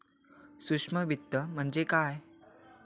सूक्ष्म वित्त म्हणजे काय?